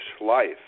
life